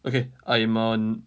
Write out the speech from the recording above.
okay I'm on